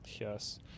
Yes